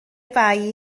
fai